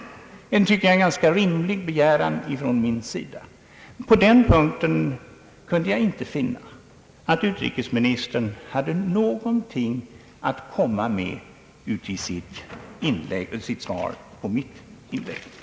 Det tycker jag är en ganska rimlig begäran från min sida. På den punkten kunde jag inte finna att utrikesministern hade någonting att komma med i sitt svar på mitt inlägg.